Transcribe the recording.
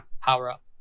power-up